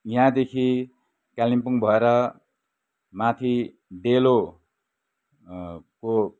यहाँदेखि कालिम्पोङ भएर माथि डेलो को